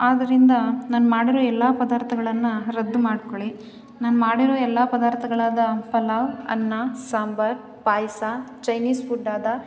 ಆದ್ದರಿಂದ ನಾನು ಮಾಡಿರೋ ಎಲ್ಲ ಪದಾರ್ಥಗಳನ್ನು ರದ್ದು ಮಾಡ್ಕೊಳ್ಳಿ ನಾನು ಮಾಡಿರೋ ಎಲ್ಲ ಪದಾರ್ಥಗಳಾದ ಪಲಾವ್ ಅನ್ನ ಸಾಂಬಾರು ಪಾಯಸ ಚೈನೀಸ್ ಫುಡ್ಡಾದ